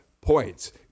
points